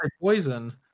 poison